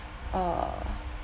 uh